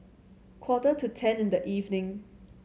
quarter to ten in the evening